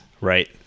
right